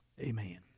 amen